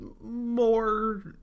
more